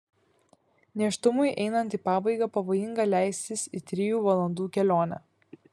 nėštumui einant į pabaigą pavojinga leistis į trijų valandų kelionę